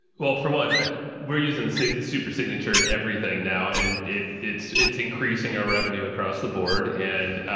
well, for one we're using the same super signature and everything now, and it it's, it's increasing our revenue across the board and,